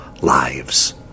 lives